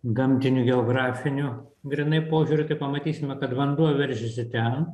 gamtiniu geografiniu grynai požiūriu tai pamatysime kad vanduo veržiasi ten